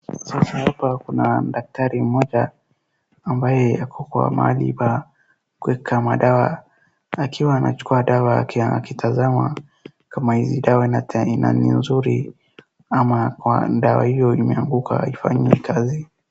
Sasa hapa kuna daktari mmoja ambaye ako kwa mariba kueka madawa akiwa anachukua dawa akitazama kama hizi dawa ni nzuri ama kwa dawa hiyo imeanguka haifanyi kazi.